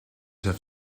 have